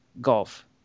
golf